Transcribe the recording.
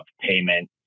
payment